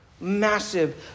massive